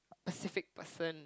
specific person